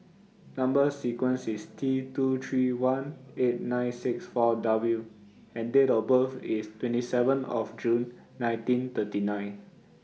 Number sequence IS T two three one eight nine six four W and Date of birth IS twenty seven of June nineteen thirty nine